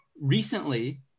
recently